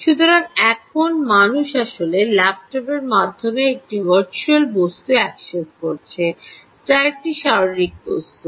সুতরাং এখন মানুষ আসলে ল্যাপটপের মাধ্যমে একটি ভার্চুয়াল বস্তু অ্যাক্সেস করছে যা একটি শারীরিক বস্তু